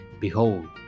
Behold